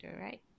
right